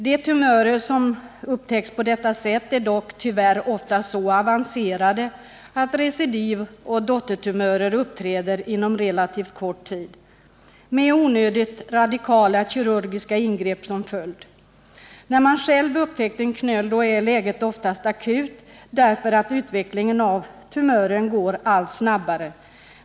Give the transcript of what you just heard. De tumörer som upptäcks på detta sätt är dock tyvärr ofta så avancerade att recidiv och dottertumörer uppträder inom relativt kort tid, med onödigt radikala kirurgiska ingrepp som följd. När man själv upptäckt en knöl är läget oftast akut, eftersom utvecklingen av tumören går allt snabbare.